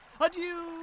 Adieu